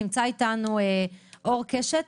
נמצא איתנו אור קשת,